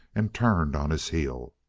and turned on his heel.